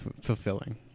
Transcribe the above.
fulfilling